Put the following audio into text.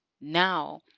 now